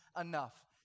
enough